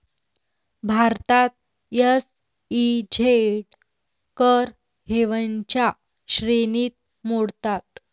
भारतात एस.ई.झेड कर हेवनच्या श्रेणीत मोडतात